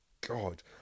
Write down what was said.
God